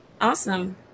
Awesome